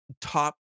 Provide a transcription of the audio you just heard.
top